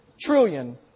trillion